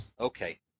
Okay